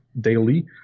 daily